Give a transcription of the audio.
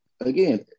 again